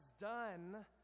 done